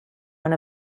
one